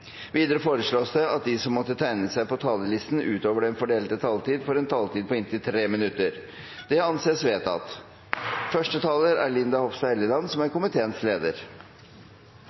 Videre foreslås det at de som måtte tegne seg på talerlisten utover den fordelte taletid, får en taletid på inntil 3 minutter. – Det anses vedtatt. Jeg vil starte med å takke transport- og kommunikasjonskomiteens medlemmer for en grundig behandling av dette budsjettet som